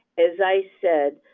as i said,